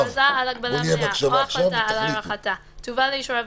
הכרזה על הגבלה מלאה או החלטה על הארכתה תובא לאישור הוועדה,